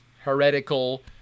heretical